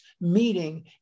meeting